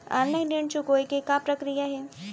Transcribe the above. Online ऋण चुकोय के का प्रक्रिया हे?